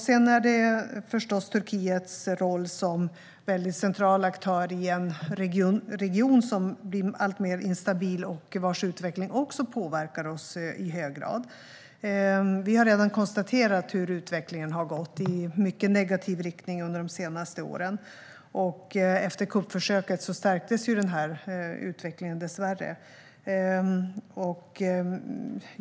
Sedan är det förstås också viktigt med Turkiets roll som en mycket central aktör i en region som blir alltmer instabil och vars utveckling också påverkar oss i hög grad. Vi har redan konstaterat hur utvecklingen har gått i en mycket negativ riktning under de senaste åren. Efter kuppförsöket stärktes den här utvecklingen dessvärre.